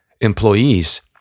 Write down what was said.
employees